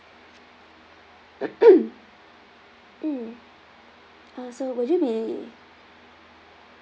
mm uh so would you be